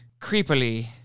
creepily